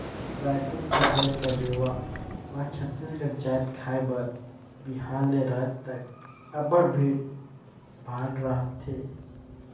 रइपुर के गढ़कलेवा म छत्तीसगढ़ जाएत खाए बर बिहान ले राएत तक अब्बड़ भीड़ भाड़ रहथे